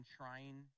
trying